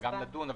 גם לדון,